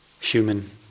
human